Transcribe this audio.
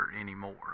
anymore